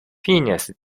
phineas